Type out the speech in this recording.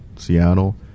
Seattle